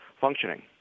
functioning